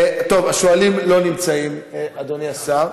טוב, השואלים לא נמצאים, אדוני השר.